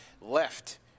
left